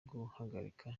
guhagarika